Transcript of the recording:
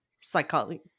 psychology